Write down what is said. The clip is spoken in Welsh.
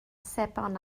sebon